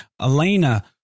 elena